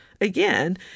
Again